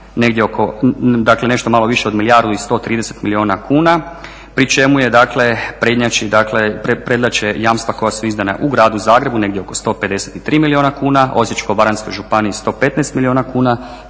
nešto malo više od 1 130 milijuna kuna, pri čemu je dakle prednjači, prednjače jamstva koja su izdana u Gradu Zagrebu, negdje oko 153 milijuna kuna, Osječko-baranjskoj županiji 115 milijuna kuna